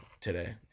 today